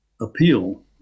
appeal